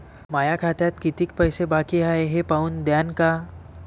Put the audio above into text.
माया खात्यात कितीक पैसे बाकी हाय हे पाहून द्यान का?